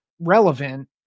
relevant